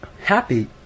happy